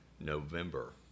November